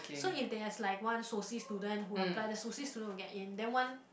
so if there's like one soci student who apply the soci student will get in then one